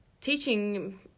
teaching